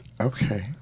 Okay